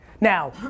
Now